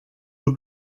eux